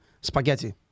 spaghetti